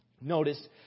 Notice